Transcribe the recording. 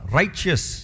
righteous